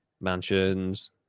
mansions